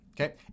Okay